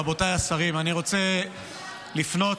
רבותיי השרים, אני רוצה לפנות